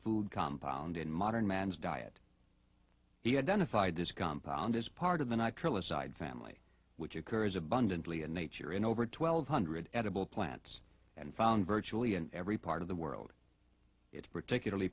food compound in modern man's diet the identify this compound is part of the nitrile aside family which occurs abundantly in nature in over twelve hundred edible plants and found virtually an every part of the world it's particularly